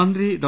മന്ത്രി ഡോ